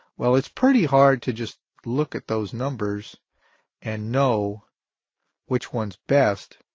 well, it's pretty hard to just look at those numbers and know which one's best